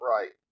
Right